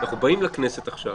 אנחנו באים לכנסת עכשיו,